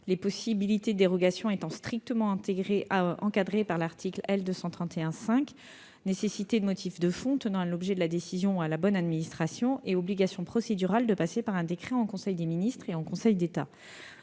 les possibilités de dérogation strictement encadrées par l'article L. 231-5- nécessité de motifs de fond tenant à l'objet de la décision ou à la bonne administration et obligation procédurale de passer par un décret en conseil des ministres et en Conseil d'État